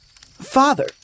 father